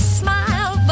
smile